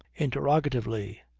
interrogatively.